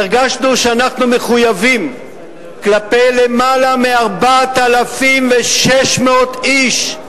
והרגשנו שאנחנו מחויבים כלפי למעלה מ-4,600 איש,